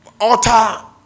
utter